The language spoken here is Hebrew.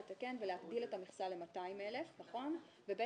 לתקן ולהגדיל את המכסה ל-200,000 ובעצם